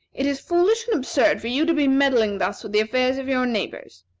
it is foolish and absurd for you to be meddling thus with the affairs of your neighbors.